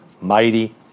mighty